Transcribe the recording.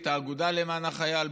את האגודה למען החייל,